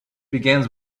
begins